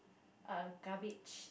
uh garbage